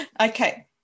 Okay